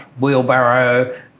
wheelbarrow